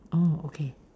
oh okay